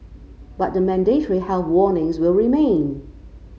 but the mandatory health warnings will remain